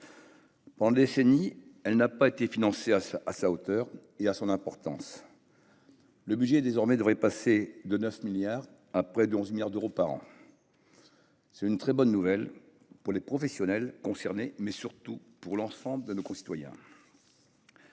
Pendant des décennies, elle n’a pas été financée à la hauteur de son importance. Son budget devrait désormais passer de 9 milliards d’euros à près de 11 milliards d’euros par an. C’est une très bonne nouvelle pour les professionnels concernés, mais surtout pour l’ensemble de nos concitoyens.